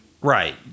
Right